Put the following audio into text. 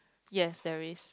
yes there is